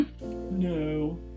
No